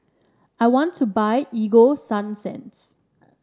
I want to buy Ego Sunsense